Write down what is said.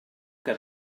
que